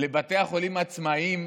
לבתי החולים העצמאיים,